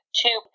two